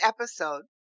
episode